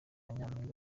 nyampinga